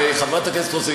חברת הכנסת רוזין,